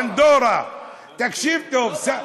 תקשיב טוב.